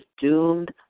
doomed